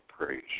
praise